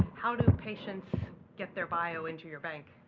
how do patients get their bio into your bank?